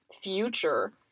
future